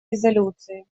резолюции